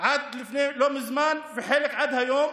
עד לא מזמן ובחלק עד היום,